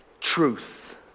truth